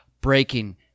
breaking